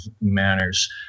manners